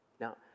Now